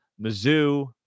Mizzou